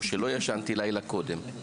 או שלא ישנתי לילה קודם,